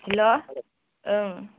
hello